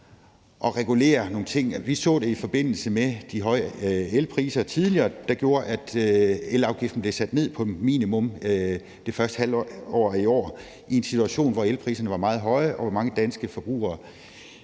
Vi så det i forbindelse med de høje elpriser tidligere, der gjorde, at elafgiften blev sat ned til et minimum det første halvår af i år, altså i en situation, hvor elpriserne var meget høje, og hvor mange danske forbrugere